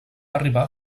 arribar